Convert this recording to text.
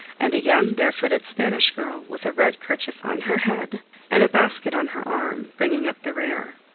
and a young barefooted spanish girl, with a red kerchief on her head and a basket on her arm, bringing up the rear.